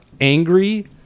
angry